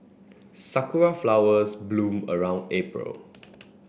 sakura flowers bloom around April